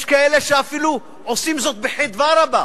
יש כאלה שאפילו עושים זאת בחדווה רבה.